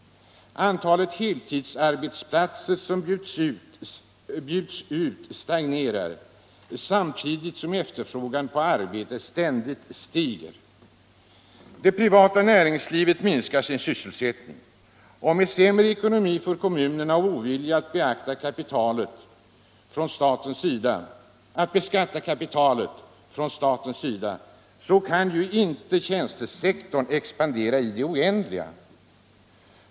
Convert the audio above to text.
Antalet heltidsanställningar som bjuds ut stagnerar — samtidigt som efterfrågan på arbete ständigt stiger. Det privata näringslivet minskar sin sysselsättning. Och med sämre ekonomi för kommunerna och ovilja att beskatta kapitalet från statens sida kan ju tjänstesektorn inte expandera i det oändliga.